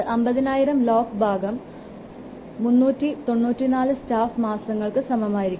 അത് 50000 LOC ഭാഗം 394 staff മാസങ്ങൾക്ക് സമമായിരിക്കും